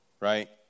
right